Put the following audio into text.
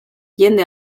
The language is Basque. jende